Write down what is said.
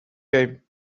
game